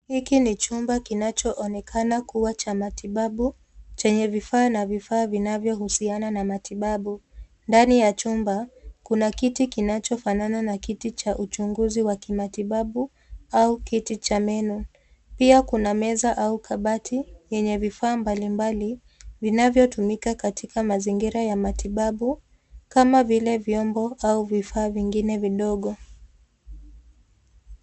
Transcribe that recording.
Hiki ni chumba kinachoonekana kuwa cha matibabu chenye vifaa na vifaa vinavyohusiana na matibabu. Ndani ya chumba, kuna kiti kinachofanana na kiti cha uchunguzi wa kimatibabu au kiti cha meno. Pia kuna meza au kabati yenye vifaa mbalimbali vinavyotumika katika mazingira ya matibabu kama vile vyombo au vifaa vingine vidogo.